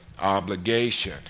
obligation